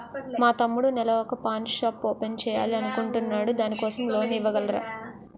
మా తమ్ముడు నెల వొక పాన్ షాప్ ఓపెన్ చేయాలి అనుకుంటునాడు దాని కోసం లోన్ ఇవగలరా?